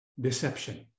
deception